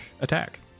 attack